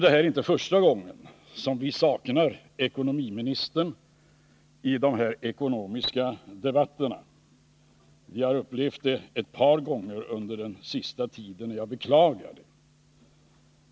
Det här är inte första gången som vi saknar ekonomiministern i de här ekonomiska debatterna. Vi har upplevt det ett par gånger under den senaste tiden, vilket jag beklagar.